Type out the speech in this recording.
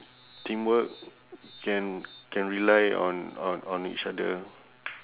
teamwork can can rely on on on each other